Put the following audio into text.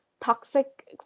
toxic